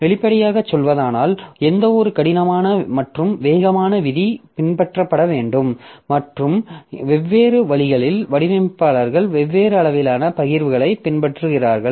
வெளிப்படையாகச் சொல்வதானால் எந்தவொரு கடினமான மற்றும் வேகமான விதி பின்பற்றப்பட வேண்டும் மற்றும் வெவ்வேறு வழிகளில் வடிவமைப்பாளர்கள் வெவ்வேறு அளவிலான பகிர்வுகளைப் பின்பற்றுகிறார்கள்